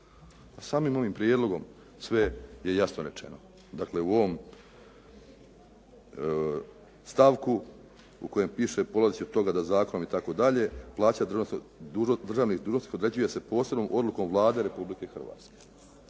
samim ovim prijedlogom sve je jasno rečeno. Dakle, u ovom stavku u kojem piše polazeći od toga da zakon itd. plaća državnih dužnosnika određuje se posebnom odlukom Vlade Republike Hrvatske.